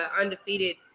undefeated